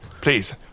Please